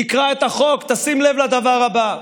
תקרא את החוק, תשים לב לדבר הזה: